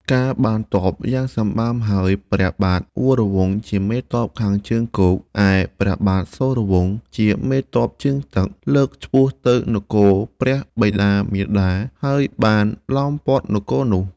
កាលបានទ័ព យ៉ាងសម្បើមហើយ ព្រះបាទវរវង្សជាមេទ័ពខាងជើងគោក ឯព្រះបាទសូរវង្សជាមេទ័ពជើងទឹក លើកឆ្ពោះ ទៅនគរព្រះបិតា-មាតា ហើយបានឡោមព័ទ្ធនគរនោះ។